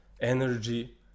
energy